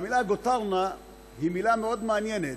המילה "גוטרנא" היא מילה מאוד מעניינת,